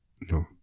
No